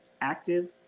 active